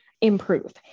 improve